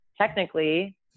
technically